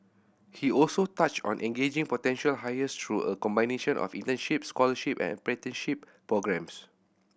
he also touched on engaging potential hires through a combination of internship scholarship and apprenticeship programmes